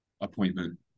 appointment